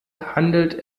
handelt